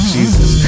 Jesus